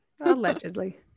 allegedly